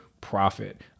profit